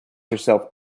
herself